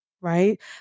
right